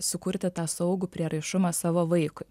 sukurti tą saugų prieraišumą savo vaikui